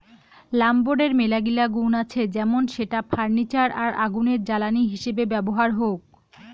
লাম্বরের মেলাগিলা গুন্ আছে যেমন সেটা ফার্নিচার আর আগুনের জ্বালানি হিসেবে ব্যবহার হউক